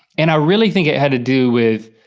and i really think it had to do with